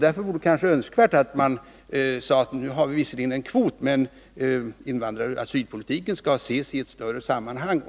Därför vore det nog önskvärt om regeringen sade ifrån att vi visserligen har en invandrarkvot för flyktingar men att 29 asylpolitiken skall ses i ett större sammanhang.